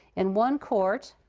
in one court